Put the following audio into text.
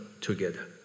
together